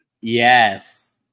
Yes